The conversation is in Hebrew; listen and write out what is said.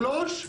שלוש,